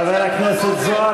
חבר הכנסת זוהר,